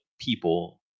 people